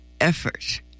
effort